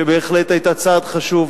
שבהחלט היתה צעד חשוב.